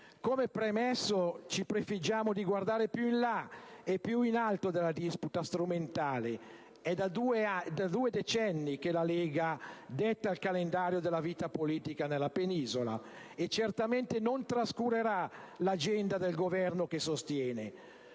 Come premesso, ci prefiggiamo di guardare più in là e più in alto della disputa strumentale. È da due decenni che la Lega detta il calendario della vita politica nella Penisola, e certamente non trascurerà l'agenda del Governo che sostiene.